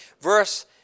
Verse